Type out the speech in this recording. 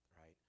right